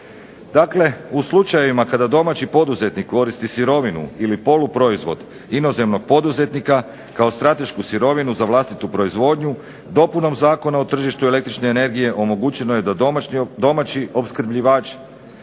Dakle, u slučajevima kada domaći poduzetnik koristi sirovinu ili poluproizvod inozemnog poduzetnika kao stratešku sirovinu za vlastitu proizvodnju dopunom Zakona o tržištu električne energije omogućeno je da domaći opskrbljivač